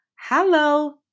Hello